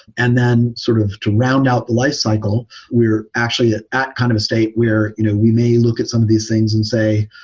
and then sort of to round out the lifecycle, we are actually ah at kind of a state where you know we may look at some of these things and say,